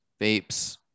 vapes